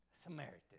Samaritan